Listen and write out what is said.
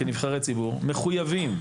כנבחרי ציבור מחויבים,